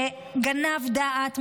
גנב דעת,